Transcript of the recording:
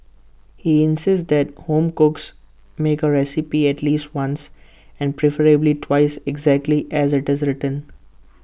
he insists that home cooks make A recipe at least once and preferably twice exactly as IT is written